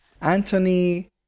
Anthony